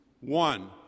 One